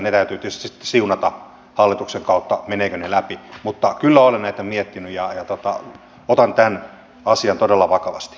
ne täytyy tietysti sitten siunata hallituksen kautta menevätkö ne läpi mutta kyllä olen näitä miettinyt ja otan tämän asian todella vakavasti